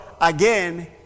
again